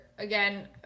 Again